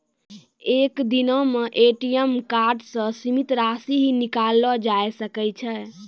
एक दिनो मे ए.टी.एम कार्डो से सीमित राशि ही निकाललो जाय सकै छै